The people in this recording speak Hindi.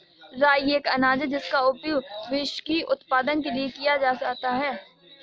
राई एक अनाज है जिसका उपयोग व्हिस्की उत्पादन के लिए किया जाता है